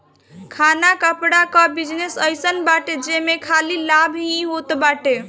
खाना कपड़ा कअ बिजनेस अइसन बाटे जेमे खाली लाभ ही होत बाटे